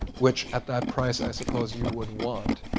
which, at that price, i suppose you would want.